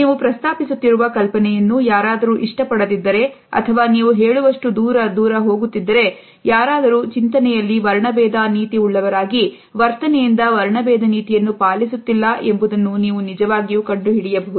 ನೀವು ಪ್ರಸ್ತಾಪಿಸುತ್ತಿರುವ ಕಲ್ಪನೆಯನ್ನು ಯಾರಾದರೂ ಇಷ್ಟಪಡದಿದ್ದರೆ ಅಥವಾ ನೀವು ಹೇಳುವಷ್ಟು ದೂರ ದೂರ ಹೋಗುತ್ತಿದ್ದರೆ ಯಾರಾದ್ರೂ ಚಿಂತನೆಯಲ್ಲಿ ವರ್ಣಭೇದ ನೀತಿ ಉಳ್ಳವರಾಗಿ ವರ್ತನೆಯಿಂದ ವರ್ಣಭೇದ ನೀತಿಯನ್ನು ಪಾಲಿಸುತ್ತಿಲ್ಲ ಎಂಬುದನ್ನು ನೀವು ನಿಜವಾಗಿಯೂ ಕಂಡುಹಿಡಿಯಬಹುದು